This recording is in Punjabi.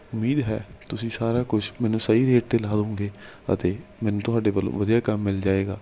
ਉਮੀਦ ਹੈ ਤੁਸੀਂ ਸਾਰਾ ਕੁਛ ਮੈਨੂੰ ਸਹੀ ਰੇਟ 'ਤੇ ਲਾਓਗੇ ਅਤੇ ਮੈਨੂੰ ਤੁਹਾਡੇ ਵੱਲੋਂ ਵਧੀਆ ਕੰਮ ਮਿਲ ਜਾਏਗਾ